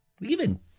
Leaving